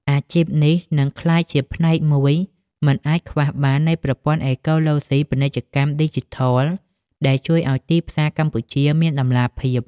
អាជីពនេះនឹងក្លាយជាផ្នែកមួយមិនអាចខ្វះបាននៃប្រព័ន្ធអេកូឡូស៊ីពាណិជ្ជកម្មឌីជីថល ដែលជួយឱ្យទីផ្សារកម្ពុជាមានតម្លាភាព។